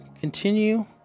Continue